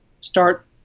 start